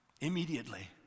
immediately